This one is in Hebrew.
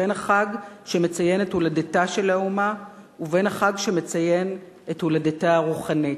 בין החג שמציין את הולדתה של האומה ובין החג שמציין את הולדתה הרוחנית,